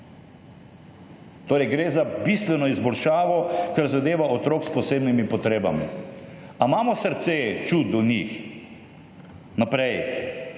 Torej, gre za bistveno izboljšavo, kar zadeva otrok s posebnimi potrebami. A imamo srce, čut do njih? Naprej,